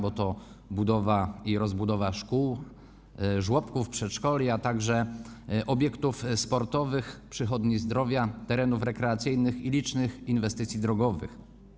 To jest budowa i rozbudowa szkół, żłobków, przedszkoli, a także obiektów sportowych, przychodni zdrowia, terenów rekreacyjnych i to są liczne inwestycje drogowe.